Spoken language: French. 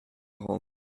quarante